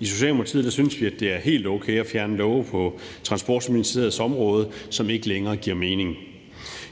I Socialdemokratiet synes vi, at det er helt okay at fjerne love på Transportministeriets område, som ikke længere giver mening.